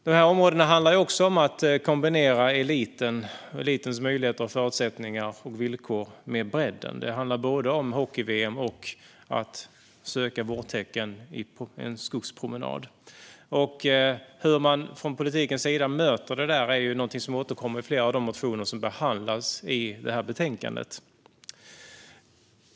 Dessa områden handlar också om att kombinera elitens möjligheter, förutsättningar och villkor med bredden. Det handlar både om hockey-VM och om att söka vårtecken under en skogspromenad. Hur man från politikens sida möter detta är någonting som återkommer i flera av de motioner som behandlas i betänkandet.